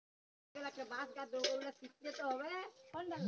যারল মালে হচ্যে কটল থ্যাকে বুলা সুতা যেটতে কাপল তৈরি হ্যয়